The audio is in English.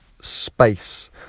space